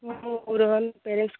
ମୁଁ ରୋହନ ପ୍ୟାରେଣ୍ଟସ୍